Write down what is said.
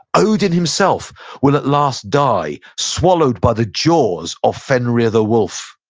odin himself will, at last, die, swallowed by the jaws of fenrir the wolf.